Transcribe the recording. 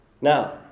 Now